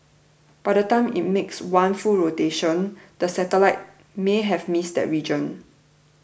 by the time it makes one full rotation the satellite may have missed that region